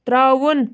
ترٛاوُن